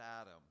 Adam